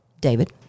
David